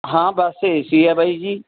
ਹਾਂ ਬੱਸ A C ਆ ਬਾਈ ਜੀ